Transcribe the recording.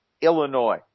Illinois